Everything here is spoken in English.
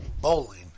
bowling